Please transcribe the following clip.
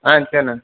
ஆ சரிண்ண